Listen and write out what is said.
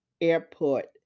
airport